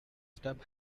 stub